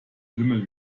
lümmel